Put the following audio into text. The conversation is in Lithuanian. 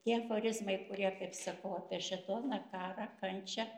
tie aforizmai kurie kaip sakau apie šėtoną karą kančią